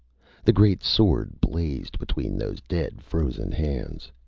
the great sword blazed between those dead, frozen hands.